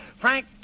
Frank